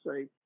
say